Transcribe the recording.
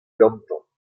gantañ